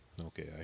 Okay